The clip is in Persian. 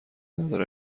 نداره